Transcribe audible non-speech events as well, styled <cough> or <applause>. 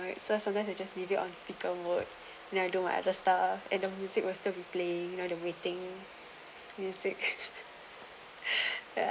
so sometimes you just leave it on speaker work then I do my other stuff and the music was still replaying you know the waiting music <laughs> ya